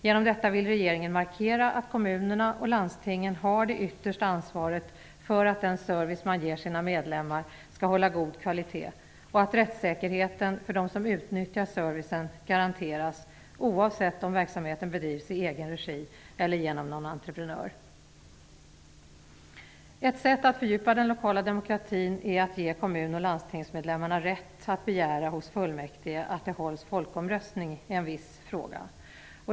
Genom detta vill regeringen markera att kommunerna och landstingen har det yttersta ansvaret för att den service man ger sina medlemmar skall hålla god kvalitet. Rättssäkerheten för dem som utnyttjar servicen skall garanteras oavsett om verksamheten bedrivs i egen regi eller genom en entreprenör. Ett sätt att fördjupa den lokala demokratin är att ge kommun och landstingsmedlemmarna rätt att begära hos fullmäktige att det hålls folkomröstning i en viss fråga.